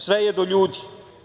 Sve je do ljudi.